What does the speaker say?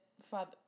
Father